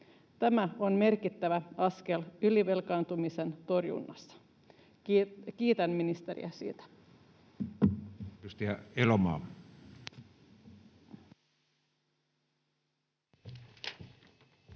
Tämä on merkittävä askel ylivelkaantumisen torjunnassa — kiitän ministeriä siitä.